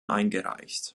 eingereicht